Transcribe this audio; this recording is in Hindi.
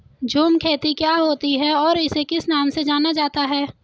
झूम खेती क्या होती है इसे और किस नाम से जाना जाता है?